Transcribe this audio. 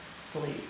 sleep